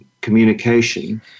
communication